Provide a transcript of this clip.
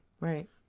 Right